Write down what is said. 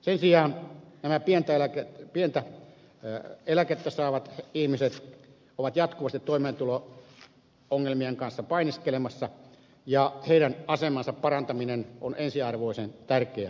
sen sijaan nämä pientä eläkettä saavat ihmiset ovat jatkuvasti toimeentulo ongelmien kanssa painiskelemassa ja heidän asemansa parantaminen on ensiarvoisen tärkeää